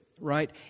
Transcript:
Right